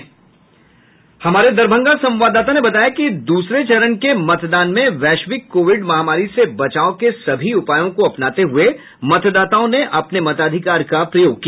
हमारे दरभंगा संवाददाता ने बताया कि दूसरे चरण के मतदान में वैश्विक कोविड महामारी से बचाव के सभी उपायों को अपनाते हुए मतदाताओं ने अपने मताधिकार का प्रयोग किया